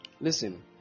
listen